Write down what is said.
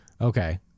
Okay